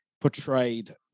portrayed